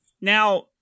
Now